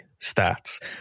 stats